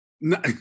No